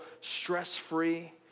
stress-free